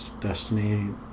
destiny